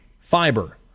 fiber